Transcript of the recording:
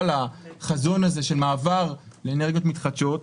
לחזון הזה של מעבר לאנרגיות מתחדשות,